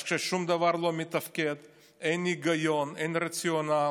אז כששום דבר לא מתפקד אין היגיון, אין רציונל,